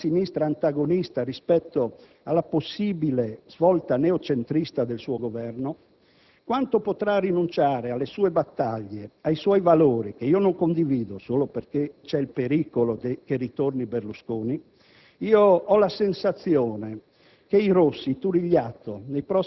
Quanto potrà reggere la sinistra antagonista rispetto alla possibile svolta neocentrista del suo Governo? Quanto potrà rinunciare alle sue battaglie e ai suoi valori - che non condivido - solo perché c'è il pericolo che ritorni Berlusconi? Ho la sensazione